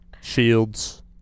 shields